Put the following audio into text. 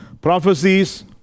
Prophecies